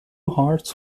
hearts